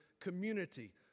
community